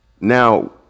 now